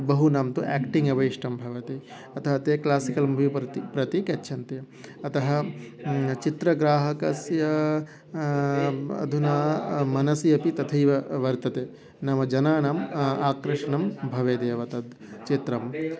बहुनां तु याक्टिङ्ग् अवेष्टं भवति अतः ते क्लासिकल् मूवी प्रति प्रति गच्छन्ति अतः चित्रग्राहकस्य अधुना मनसि अपि तथैव वर्तते नाम जनानां आकर्षणं भवेदेव तद् चित्रम्